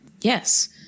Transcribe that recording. Yes